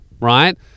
Right